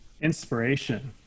Inspiration